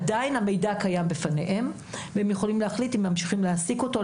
עדיין המידע קיים בפניהם והם יכולים להחליט אם ממשיכים להעסיק אותו,